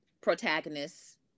protagonists